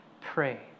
pray